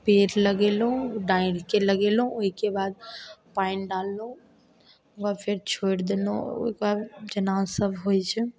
पेड़ लगेलहुँ ठाढ़िके लगेलहुँ ओइके बाद पानि डाललहुँ ओइके बाद फेर छोड़ि देलहुँ ओइके बाद चना सब होइ छै